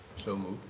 so moved.